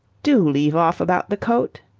do leave off about the coat!